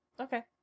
okay